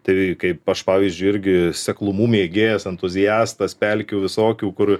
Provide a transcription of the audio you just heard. tai kaip aš pavyzdžiui irgi seklumų mėgėjas entuziastas pelkių visokių kur